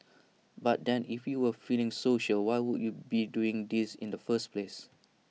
but then if you were feeling social why would you be doing this in the first place